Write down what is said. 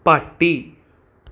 പട്ടി